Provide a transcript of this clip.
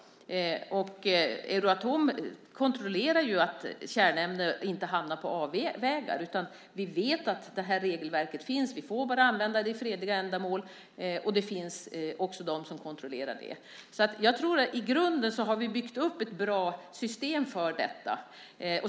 Euratom kontrollerar att kärnämnen inte hamnar på avvägar. Vi vet att det här regelverket finns. Vi får bara använda det till fredliga ändamål, och det finns också de som kontrollerar det. Jag tror att vi i grunden har byggt upp ett bra system för detta.